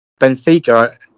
Benfica